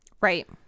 Right